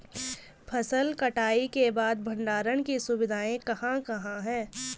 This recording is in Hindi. फसल कटाई के बाद भंडारण की सुविधाएं कहाँ कहाँ हैं?